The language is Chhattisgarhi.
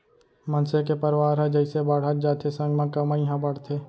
मनसे के परवार ह जइसे बाड़हत जाथे संग म कमई ह बाड़थे